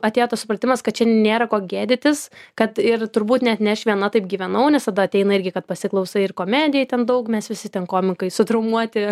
atėjo tas supratimas kad nėra ko gėdytis kad ir turbūt net ne viena aš taip gyvenau nes tada ateina irgi kad pasiklausai ir komedijoj ten daug mes visi ten komikai sutraumuoti